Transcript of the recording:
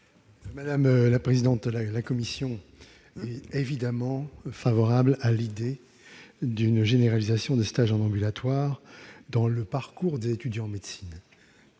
de la commission ? La commission est évidemment favorable à l'idée d'une généralisation des stages en milieu ambulatoire au sein du parcours des étudiants en médecine.